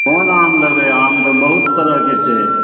कोन आम लेबै आम तऽ बहुत तरहके छै